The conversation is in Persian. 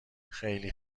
خیلی